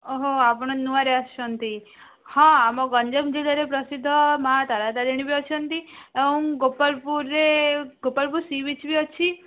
ଓହୋ ଆପଣ ନୂଆରେ ଆସିଛନ୍ତି ହଁ ଆମ ଗଞ୍ଜାମ ଜିଲ୍ଲାରେ ପ୍ରସିଦ୍ଧ ମାଁ ତାରାତାରିଣୀ ବି ଅଛନ୍ତି ଆଉ ଗୋପାଳପୁରରେ ଗୋପାଳପୁର ସି ବିଚ୍ ବି ଅଛି